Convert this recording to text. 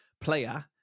player